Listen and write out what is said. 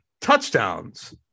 touchdowns